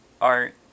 art